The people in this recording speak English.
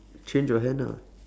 change your hand ah